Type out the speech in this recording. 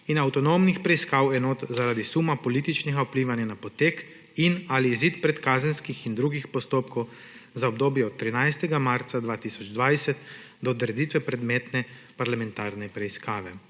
in avtonomnih preiskovalnih enot zaradi suma političnega vplivanja na potek in/ali izid predkazenskih in drugih postopkov za obdobje od 13. marca 2020 do odreditve predmetne parlamentarne preiskave.